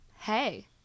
Hey